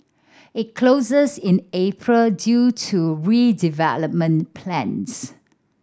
it closes in April due to redevelopment plans